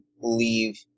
leave